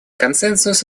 консенсус